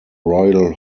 royal